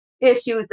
issues